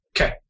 Okay